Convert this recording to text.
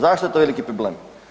Zašto je to veliki problem?